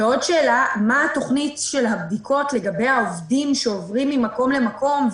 ועוד שאלה: מה התוכנית של הבדיקות של העובדים שעוברים ממקום למקום,